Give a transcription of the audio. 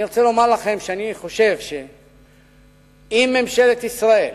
אני רוצה לומר לכם שאני חושב שאם ממשלת ישראל